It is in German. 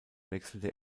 wechselte